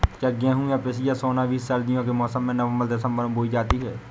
क्या गेहूँ या पिसिया सोना बीज सर्दियों के मौसम में नवम्बर दिसम्बर में बोई जाती है?